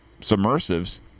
submersives